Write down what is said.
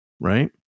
Right